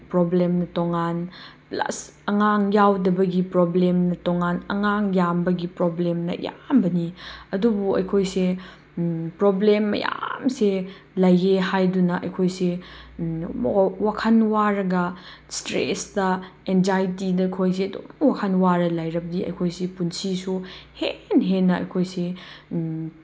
ꯄ꯭ꯔꯣꯕ꯭ꯂꯦꯝꯅ ꯇꯣꯉꯥꯟ ꯂꯥꯁ ꯑꯉꯥꯡ ꯌꯥꯎꯗꯕꯒꯤ ꯄ꯭ꯔꯣꯕ꯭ꯂꯦꯝꯅ ꯇꯣꯉꯥꯟ ꯑꯉꯥꯡ ꯌꯥꯝꯕꯒꯤ ꯄ꯭ꯔꯣꯕ꯭ꯂꯦꯝꯅ ꯑꯌꯥꯝꯕꯅꯤ ꯑꯗꯨꯕꯨ ꯑꯩꯈꯣꯏꯁꯦ ꯄ꯭ꯔꯣꯕ꯭ꯂꯦꯝ ꯃꯌꯥꯝꯁꯦ ꯂꯩꯌꯦ ꯍꯥꯏꯗꯨꯅ ꯑꯩꯈꯣꯏꯁꯦ ꯋꯥꯈꯟ ꯋꯥꯔꯒ ꯏꯁꯇ꯭ꯔꯦꯁꯇ ꯑꯦꯟꯖꯥꯏꯇꯤꯗ ꯑꯩꯈꯣꯏꯁꯦ ꯑꯗꯨꯝ ꯋꯥꯈꯟ ꯋꯥꯔꯒ ꯂꯩꯔꯕꯗꯤ ꯑꯩꯈꯣꯏꯁꯤ ꯄꯨꯟꯁꯤꯁꯨ ꯍꯦꯟꯅ ꯍꯦꯟꯅ ꯑꯩꯈꯣꯏꯁꯦ